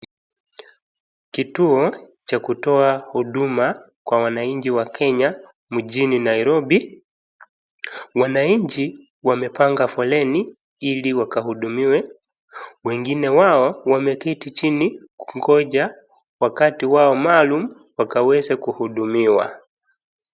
Kituo cha kutoa huduma kwa wananchi wa Kenya mjini Nairobi. Wananchi wamepanga foleni ili wakahudumiwe, wengine wao wameketi chini wakingoja wakati wao maalum wakaweze kuhudumiwa.